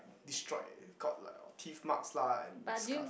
destroyed got like orh teeth marks lah and scar